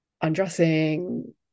undressing